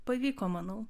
pavyko manau